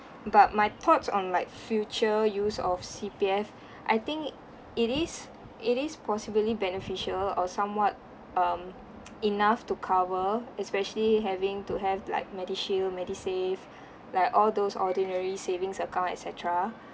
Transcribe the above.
but my thoughts on like future use of C_P_F I think it is it is possibly beneficial or somewhat um enough to cover especially having to have like medishield medisave like all those ordinary savings account et cetera